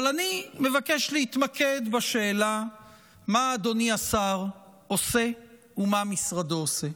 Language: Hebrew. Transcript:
אבל אני מבקש להתמקד בשאלה מה אדוני השר עושה ומה משרדו עושה.